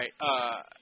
right